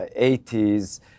80s